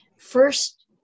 first